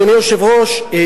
אדוני היושב-ראש,